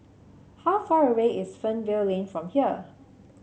how far away is Fernvale Lane from here